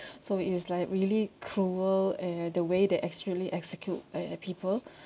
so it is like really cruel uh the way they actually execute uh people